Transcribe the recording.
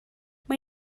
mae